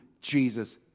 Jesus